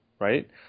Right